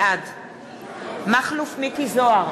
בעד מכלוף מיקי זוהר,